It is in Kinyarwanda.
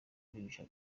birushya